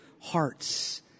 hearts